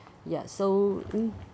ya so mm